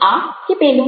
આ કે પેલું